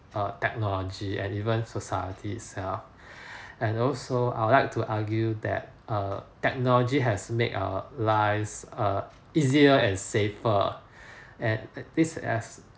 err technology and even society itself and also I would like to argue that uh technology has made our lives err easier and safer and this as